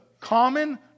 common